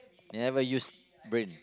never use brain